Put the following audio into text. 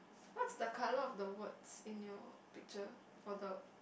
what's the colour of the words in your picture for the